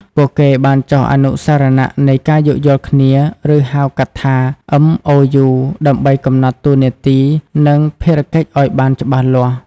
ពួកគេបានចុះអនុស្សរណៈនៃការយោគយល់គ្នា ឬ ហៅកាត់ថា MOU ដើម្បីកំណត់តួនាទី និងភារកិច្ចឱ្យបានច្បាស់លាស់។